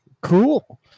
cool